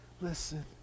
listen